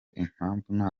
impamvu